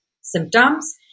symptoms